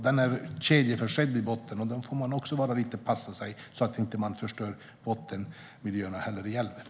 Den är kedjeförsedd i botten, och jag vet att då får man också passa sig lite så att man inte förstör bottenmiljöerna i älven.